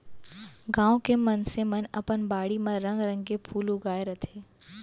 गॉंव के मनसे मन अपन बाड़ी म रंग रंग के फूल लगाय रथें